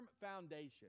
foundation